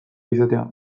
izatea